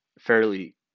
fairly